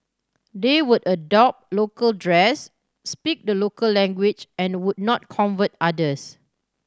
they would adopt local dress speak the local language and would not convert others